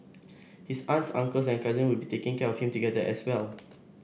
his aunts uncles and cousin will be taking care of him together as well